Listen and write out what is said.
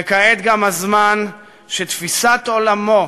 וכעת גם הזמן שתפיסת עולמו,